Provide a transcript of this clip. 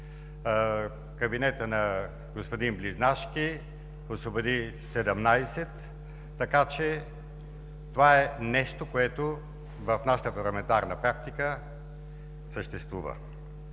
кабинетът на господин Близнашки освободи – 17, така че това е нещо, което в нашата парламентарна практика съществува.